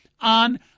on